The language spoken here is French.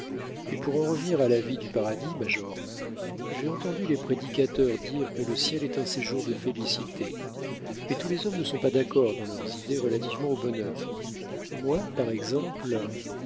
mais pour en revenir à la vie du paradis major j'ai entendu les prédicateurs dire que le ciel est un séjour de félicité mais tous les hommes ne sont pas d'accord dans leurs idées relativement au bonheur moi par exemple